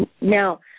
Now